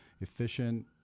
efficient